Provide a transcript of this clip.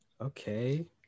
Okay